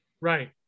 Right